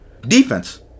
Defense